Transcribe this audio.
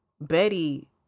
Betty